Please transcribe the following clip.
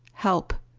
help.